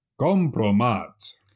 Compromat